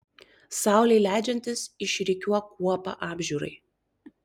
saulei leidžiantis išrikiuok kuopą apžiūrai